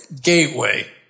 Gateway